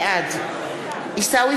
בעד עיסאווי